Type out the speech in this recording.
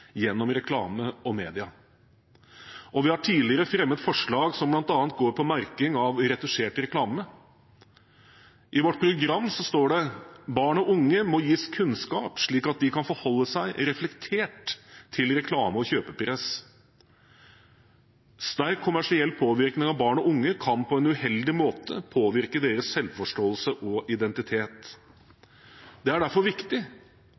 gjennom reklame og media. Vi har tidligere fremmet forslag som bl.a. går på merking av retusjert reklame. I vårt program står det: «Barn og unge må gis kunnskap slik at de kan forholde seg reflektert til reklame og kjøpepress. Sterk kommersiell påvirkning av barn og unge kan på en uheldig måte påvirke deres selvforståelse og identitet. Det er derfor viktig